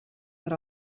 per